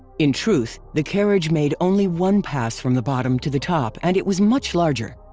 in truth, the carriage made only one pass from the bottom to the top and it was much larger.